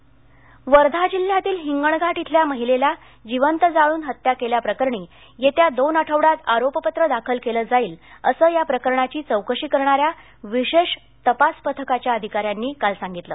हिंगणघाट आरोपपत्र वर्धा जिल्ह्यातील हिंगणघाट इथल्या महिलेला जिवंत जाळून हत्या केल्याप्रकरणी येत्या दोन आठवड्यात आरोपपत्र दाखल केलं जाईल असं या प्रकरणाची चौकशी करणाऱ्या विशेष तपास पथकाच्या अधिकाऱ्यांनी काल सांगितलं